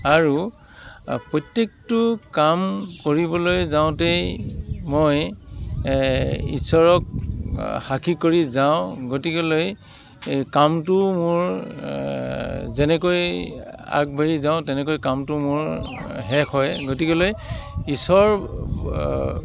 আৰু প্ৰত্যেকটো কাম কৰিবলৈ যাওঁতেই মই ইশ্বৰক সাক্ষী কৰি যাওঁ গতিকেলৈ কামটো মোৰ যেনেকৈ আগবাঢ়ি যাওঁ তেনেকৈ কামটো মোৰ শেষ হয় গতিকেলৈ ইশ্বৰ